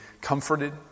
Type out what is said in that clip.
comforted